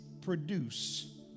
produce